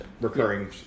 recurring